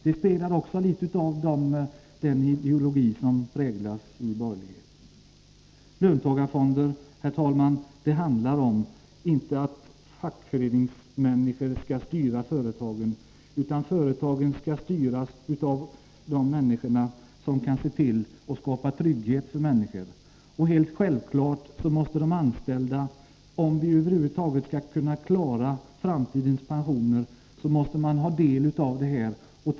Det speglar något av den ideologi som präglar borgerligheten. Herr talman! Löntagarfonder innebär inte att fackföreningsmänniskor skall styra företagen, utan företagen skall styras av de människor som kan se till att skapa trygghet för andra. Och om vi över huvud taget skall kunna klara framtidens pensioner måste självfallet de anställda få del av vinsterna.